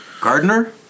Gardner